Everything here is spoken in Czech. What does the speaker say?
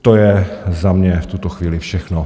To je za mě v tuto chvíli všechno.